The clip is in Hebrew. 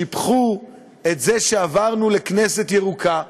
שיבחו את זה שעברנו לכנסת ירוקה,